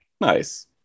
Nice